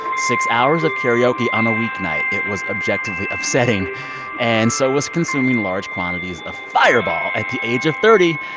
six hours of karaoke on a weeknight it was objectively upsetting and so was consuming large quantities of fireball at the age of thirty.